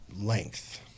length